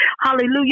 Hallelujah